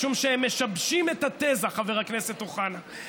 משום שהם משבשים את התזה, חבר הכנסת אוחנה.